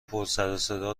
پرسرصدا